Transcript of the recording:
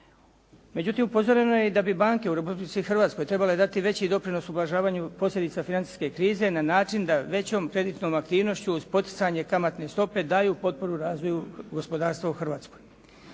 Međutim upozoreno je da bi banke u Republici Hrvatskoj trebale dati veći doprinos u ublažavanju posljedica financijske krize na način da većom kreditnom aktivnošću uz poticanje kamatne stope daju potporu razvoju gospodarstva u Hrvatskoj.